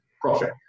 profit